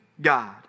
God